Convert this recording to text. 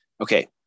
Okay